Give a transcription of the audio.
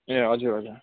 ए हजुर हजुर